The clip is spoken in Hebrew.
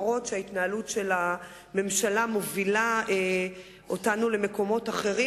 גם אם ההתנהלות של הממשלה מובילה אותנו למקומות אחרים,